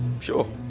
Sure